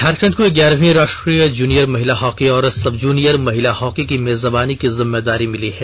झारखंड को ग्यारहवीं राष्ट्रीय जूनियर महिला हॉकी और सबजूनियर महिला हॉकी की मेजबानी की जिम्मेदारी मिली है